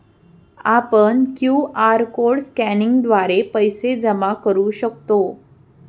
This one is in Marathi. आपण क्यू.आर कोड स्कॅनिंगद्वारे पैसे जमा करू शकतो